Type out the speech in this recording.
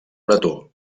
bretó